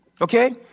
Okay